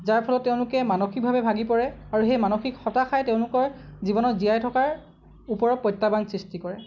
যাৰ ফলত তেওঁলোকে মানসিকভাবে ভাগি পৰে আৰু সেই মানসিক হতাশাই তেওঁলোকৰ জীৱনত জীয়াই থকাৰ ওপৰত প্ৰত্যাহ্বান সৃষ্টি কৰে